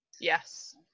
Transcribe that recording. yes